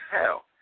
hell